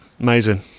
amazing